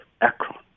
Akron